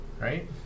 Right